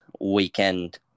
weekend